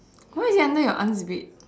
why is it under your aunt's bed